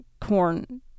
corn